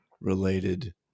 related